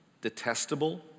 detestable